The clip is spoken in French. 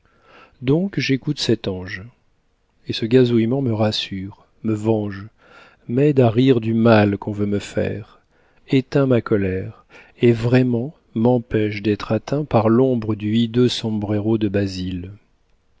donc j'écoute cet ange et ce gazouillement me rassure me venge m'aide à rire du mal qu'on veut me faire éteint ma colère et vraiment m'empêche d'être atteint par l'ombre du hideux sombrero de basile